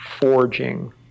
forging